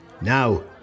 Now